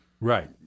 Right